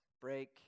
break